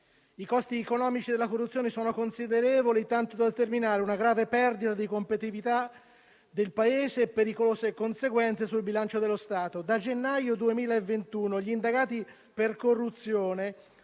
I costi economici della corruzione sono considerevoli, tanto da determinare una grave perdita di competitività del Paese e pericolose conseguenze sul bilancio dello Stato. Dal gennaio 2021 gli indagati per corruzione